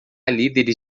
líderes